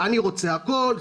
אני רוצה הכול,